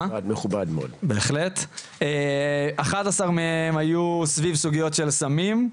אחד עשר מהם היו סביב סוגיות של סמים,